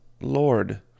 Lord